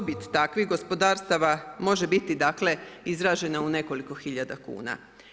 Dobit takvih gospodarstava može biti dakle, izražena u nekoliko hiljada kuna.